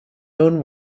own